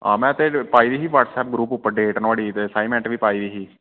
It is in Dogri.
हां में भे पाई दी ही व्हाट्सप्प ग्रुप पर डेट नुहाड़ी ते असाइनमेंट बी पाई दी ही